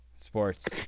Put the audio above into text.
Sports